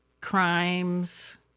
crimes